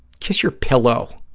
kiss your pillow.